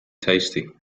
tasty